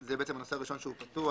זה הנושא הראשון שהוא פתוח,